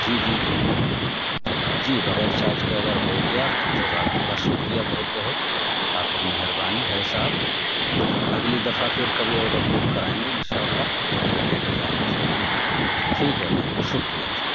جی جی جی جی جی بغیر چارج کے اگر ہو گیا تو جزاک اللہ شکریہ بہت بہت آپ کی مہربانی بھائی صاحب اگلی دفعہ پھر کبھی آرڈر بک کرائیں گے ان شاء اللہ تو پھر لے کے جائیں گے ضرور ٹھیک ہے بھائی شکریہ